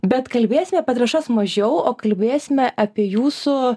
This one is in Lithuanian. bet kalbėsime apie trąšas mažiau o kalbėsime apie jūsų